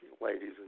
Ladies